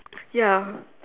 ya